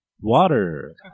Water